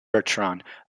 bertrand